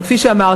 אבל כפי שאמרתי,